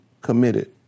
committed